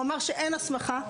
הוא אמר שאין הסמכה,